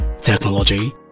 technology